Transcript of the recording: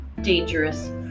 dangerous